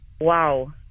wow